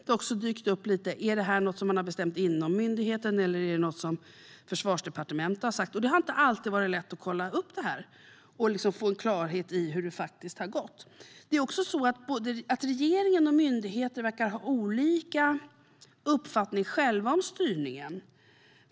Det har också dykt upp frågor om det är något som har bestämts inom myndigheten eller om det är något Försvarsdepartementet har sagt. Det har inte alltid varit lätt att kolla upp det här och få klarhet i hur det faktiskt har gått till. Det är också så att regeringen och myndigheter verkar ha olika uppfattning om styrningen.